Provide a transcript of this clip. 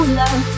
love